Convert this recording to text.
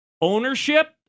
ownership